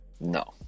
No